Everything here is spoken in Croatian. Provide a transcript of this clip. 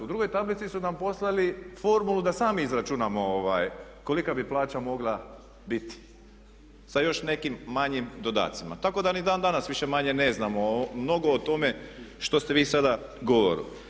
U drugoj tablici su nam poslali formulu da sami izračunamo kolika bi plaća mogla biti sa još nekim manjim dodacima tako da ni dan danas više-manje ne znamo mnogo o tome što ste vi sada govorili.